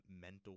mental